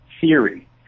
theory